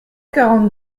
quarante